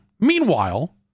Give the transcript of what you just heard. Meanwhile